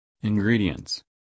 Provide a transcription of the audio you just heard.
ingredients